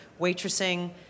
waitressing